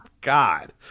god